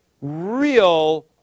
real